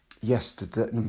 yesterday